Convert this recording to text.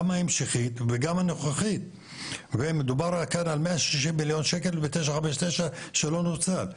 גם ההמשכית וגם הנוכחית ומדובר כאן על 160 מיליון ₪ ב-959 שלא נוצל,